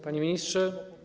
Panie Ministrze!